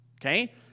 Okay